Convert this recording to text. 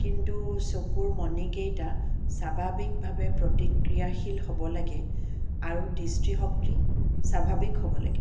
কিন্তু চকুৰ মণিকেইটা স্বাভাৱিকভাৱে প্ৰতিক্ৰিয়াশীল হ'ব লাগে আৰু দৃষ্টিশক্তি স্বাভাৱিক হ'ব লাগে